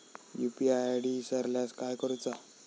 UPI ID इसरल्यास काय करुचा?